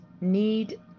need